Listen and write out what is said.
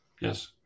Yes